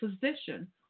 position